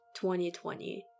2020